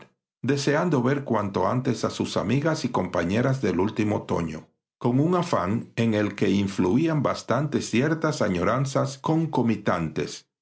deseando ver cuanto antes a sus amigas y compañeras del último otoño con un afán en el que influían bastante ciertas añoranzas concomitantes